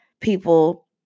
people